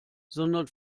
sondern